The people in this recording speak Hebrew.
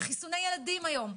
בחיסוני ילדים היום,